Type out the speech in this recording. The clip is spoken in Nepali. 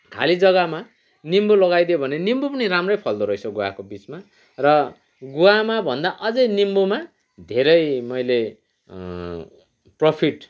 खाली जग्गामा निम्बू लगाइदियो भने निम्बू पनि राम्रै फल्दो रहेछ गुवाको बिचमा र गुवामाभन्दा अझै निम्बूमा धेरै मैले प्रफिट